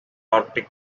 arctic